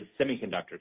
semiconductor